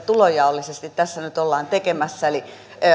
tulonjaollisesti tässä nyt ollaan tekemässä eli